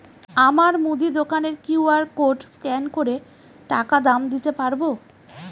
আমার মুদি দোকানের কিউ.আর কোড স্ক্যান করে টাকা দাম দিতে পারব?